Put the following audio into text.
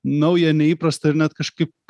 nauja neįprasta ir net kažkaip